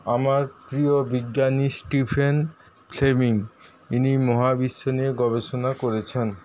আমার প্রিয় বিজ্ঞানী স্টিফেন তিনি মহাবিশ্ব নিয়ে গবেষণা করেছেন